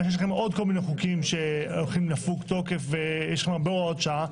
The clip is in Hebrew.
מכיוון שיש עוד כמה חוקים שתוקפם עומד לפוג ויש הרבה הוראות שעה,